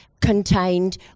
contained